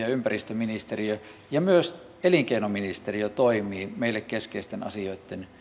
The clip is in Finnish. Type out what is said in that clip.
ja ympäristöministeriö ja myös elinkeinoministeriö toimivat meille keskeisten asioitten